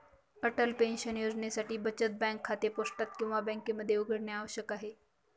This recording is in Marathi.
अटल पेन्शन योजनेसाठी बचत बँक खाते पोस्टात किंवा बँकेमध्ये उघडणे आवश्यक आहे